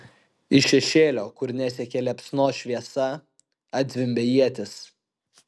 iš šešėlio kur nesiekė liepsnos šviesa atzvimbė ietis